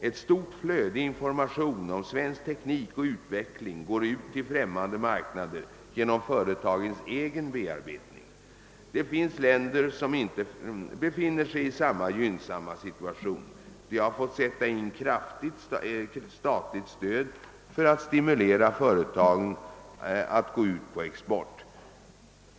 Ett stort flöde information om svensk teknik och utveckling går ut till främmande marknader genom företagens egen bearbetning. Det finns länder som inte befinner sig i samma gynnsamma situation. De har fått sätta in kraftigt statligt stöd för att stimulera företagen att gå ut på export.